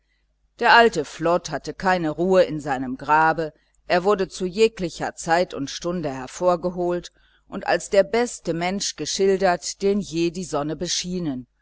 der alte flod hatte keine ruhe in seinem grabe er wurde zu jeglicher zeit und stunde hervorgeholt und als der beste mensch geschildert den je die sonne beschienen